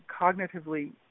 cognitively